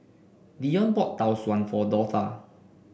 Deon bought Tau Suan for Dortha